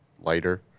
lighter